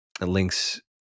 Link's